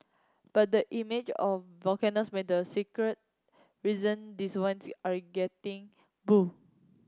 but the image of volcanoes may the secret reason these wines are getting bu